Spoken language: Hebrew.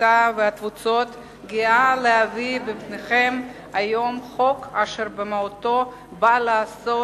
הקליטה והתפוצות גאה להביא בפניכם היום חוק אשר במהותו בא לעשות,